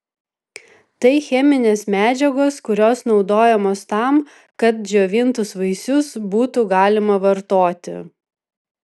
tai cheminės medžiagos kurios naudojamos tam kad džiovintus vaisius būtų galima vartoti